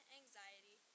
anxiety